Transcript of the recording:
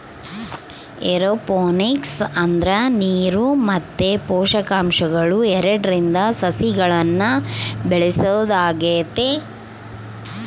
aeroponics ಅಂದ್ರ ನೀರು ಮತ್ತೆ ಪೋಷಕಾಂಶಗಳು ಎರಡ್ರಿಂದ ಸಸಿಗಳ್ನ ಬೆಳೆಸೊದಾಗೆತೆ